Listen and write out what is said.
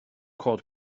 cod